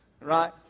right